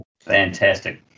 fantastic